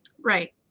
right